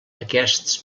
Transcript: aquests